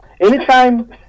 Anytime